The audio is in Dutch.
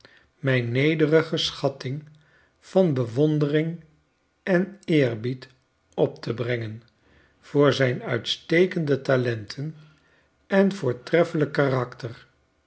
mijn nederige schatting van bewondering en eerbied op te brengen voor zijn uitstekende talenten en voortreffelijk karakter